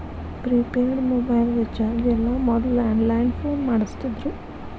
prepaid mobile recharge ಎಲ್ಲ ಮೊದ್ಲ landline phone ಮಾಡಸ್ತಿದ್ರು